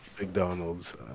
McDonald's